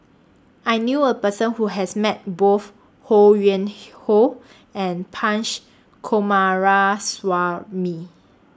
I knew A Person Who has Met Both Ho Yuen Hoe and Punch Coomaraswamy